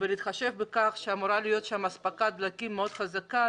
ובהתחשב בכך שאמורה להיות שם אספקת דלקים מאוד חזקה,